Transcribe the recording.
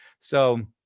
so,